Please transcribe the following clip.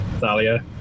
Thalia